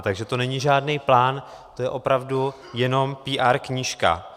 Takže to není žádný plán, to je opravdu jenom PR knížka.